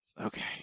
Okay